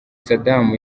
saddam